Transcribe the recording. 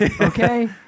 Okay